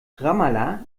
ramallah